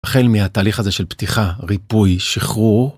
החל מהתהליך הזה של פתיחה, ריפוי, שחרור.